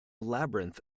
labyrinth